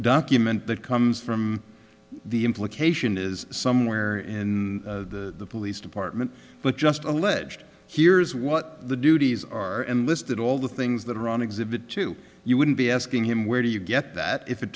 document that comes from the implication is somewhere in the police department but just alleged here's what the duties are and listed all the things that are on exhibit two you wouldn't be asking him where do you get that if it